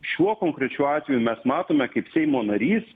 šiuo konkrečiu atveju mes matome kaip seimo narys